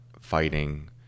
fighting